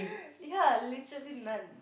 ya literally none